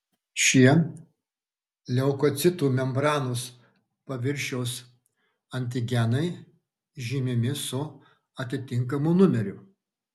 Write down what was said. šie leukocitų membranos paviršiaus antigenai žymimi su atitinkamu numeriu